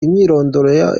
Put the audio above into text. imyirondoro